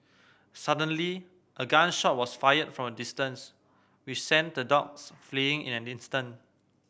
suddenly a gun shot was fired from a distance which sent the dogs fleeing in an instant